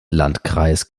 landkreis